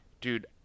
Dude